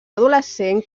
adolescent